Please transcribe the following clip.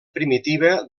primitiva